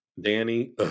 Danny